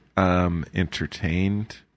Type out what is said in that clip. Entertained